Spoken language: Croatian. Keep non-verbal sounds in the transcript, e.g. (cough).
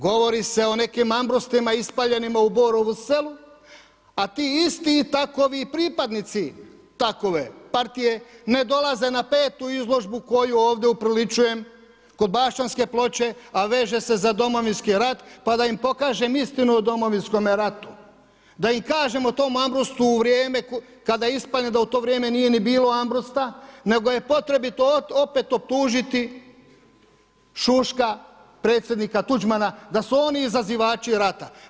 Govori se o nekim ... (unintelligible) ispaljenima u Borovu selu, a ti isti i takovi pripadnici takove partije ne dolaze na petu izložbu koju ovdje upriličujem kod Bašćanske ploče, a veže se za Domovinski rat, pa da im pokažem istinu o Domovinskome ratu, da im kažemo tom Ambrustu u vrijeme kad je ispaljen, da u to vrijeme nije ni bilo Ambrusta, nego je potrebito opet optužiti Šuška, predsjednika Tuđmana da su oni izazivači rata.